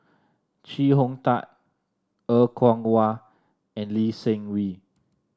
Chee Hong Tat Er Kwong Wah and Lee Seng Wee